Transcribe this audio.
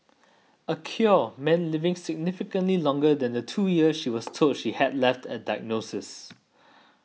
a cure meant living significantly longer than the two years she was told she had left at diagnosis